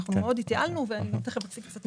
מאוד התייעלנו ותכף אני אציג נתונים.